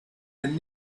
and